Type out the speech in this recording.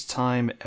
time